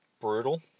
brutal